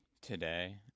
Today